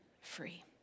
free